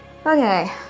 Okay